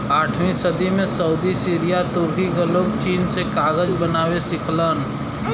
आठवीं सदी में सऊदी सीरिया तुर्की क लोग चीन से कागज बनावे सिखलन